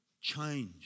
Change